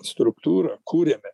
struktūra kuriame